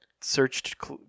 searched